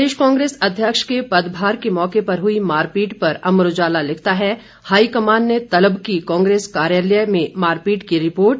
प्रदेश कांग्रेस अध्यक्ष के पदभार के मौके पर हुई मारपीट पर अमर उजाला लिखता है हाईकमान ने तलब की कांग्रेस कार्यालय में मारपीट की रिपोर्ट